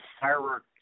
firework